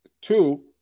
two